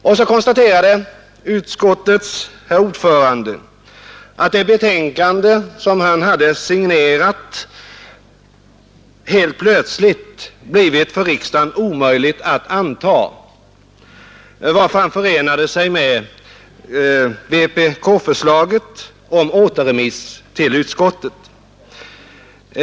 Då konstaterade utskottets ordförande att det betänkande som han hade signerat helt plötsligt blivit omöjligt för riksdagen att anta, varför han anslöt sig till vpk-förslaget om återremiss till utskottet.